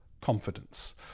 confidence